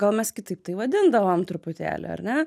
gal mes kitaip tai vadindavom truputėlį ar ne